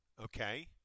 okay